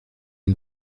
une